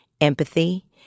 empathy